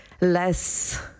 less